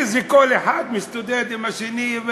כל אחד מסתודד עם השני.